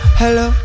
hello